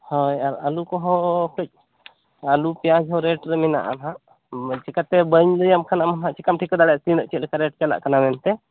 ᱦᱳᱭ ᱟᱨ ᱟᱞᱩ ᱠᱚᱦᱚᱸ ᱠᱟᱹᱡ ᱟᱞᱩ ᱯᱮᱭᱟᱡ ᱦᱚᱸ ᱨᱮᱴ ᱨᱮ ᱢᱮᱱᱟᱜᱼᱟ ᱱᱟᱦᱟᱜ ᱪᱤᱠᱟᱹᱛᱮ ᱵᱟᱹᱧ ᱞᱟᱹᱭᱟᱢ ᱠᱷᱟᱱ ᱟᱢ ᱦᱚᱸ ᱦᱟᱸᱜ ᱪᱤᱠᱟᱹᱢ ᱴᱷᱤᱠᱟᱹ ᱫᱟᱲᱮᱭᱟᱜᱼᱟ ᱛᱤᱱᱟᱹ ᱪᱮᱫ ᱞᱮᱠᱟ ᱨᱮᱴ ᱪᱟᱞᱟᱜ ᱠᱟᱱᱟ ᱢᱮᱱᱛᱮ